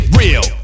real